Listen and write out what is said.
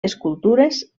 escultures